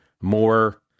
more